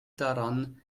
daran